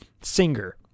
singer